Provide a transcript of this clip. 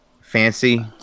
fancy